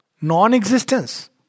Non-existence